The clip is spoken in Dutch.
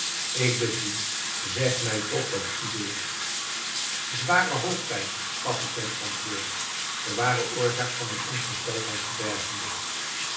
ik bid u zeg mij toch wat u deert zware hoofdpijn gaf ik ten antwoord de ware oorzaak van mijne ongesteldheid verbergende